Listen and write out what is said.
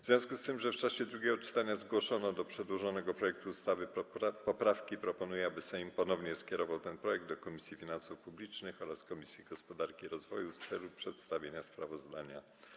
W związku z tym, że w czasie drugiego czytania zgłoszono do przedłożonego projektu ustawy poprawki, proponuję, aby Sejm ponownie skierował ten projekt do Komisji Finansów Publicznych oraz Komisji Gospodarki i Rozwoju w celu przedstawienia sprawozdania.